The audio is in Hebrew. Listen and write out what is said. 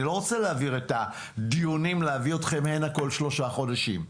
אני לא רוצה להעביר את הדיונים ולהביא אתכם הנה כל שלושה חודשים.